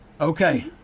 Okay